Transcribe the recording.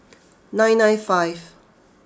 nine nine five